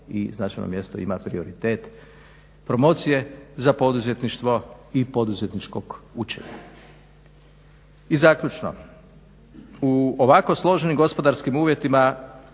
i značajno mjesto ima prioritet promocije za poduzetništvo i poduzetničkog učenja. I zaključno. U ovako složenim gospodarskim uvjetima